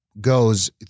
goes